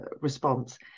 response